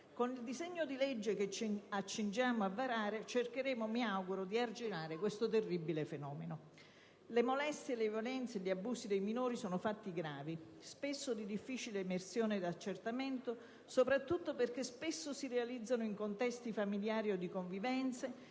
Con il disegno di legge che ci accingiamo a varare, cercheremo - mi auguro - di arginare questo terribile fenomeno. Le molestie, le violenze e gli abusi sui minori sono fatti gravi, spesso di difficile emersione ed accertamento, soprattutto perché molte volte si realizzano in contesti familiari o di convivenze,